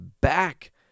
back